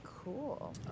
Cool